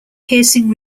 piercing